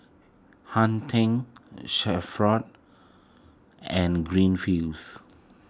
Hang ten and Greenfields